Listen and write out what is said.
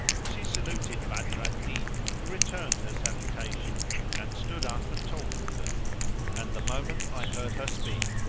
she saluted badr al-din who returned her salutation and stood up, and talked with her and the moment i heard her speak,